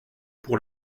pour